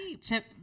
Chip